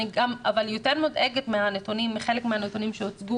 אבל אני יותר מודאגת מחלק מהנתונים שהוצגו